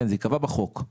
זה ייקבע בחוק.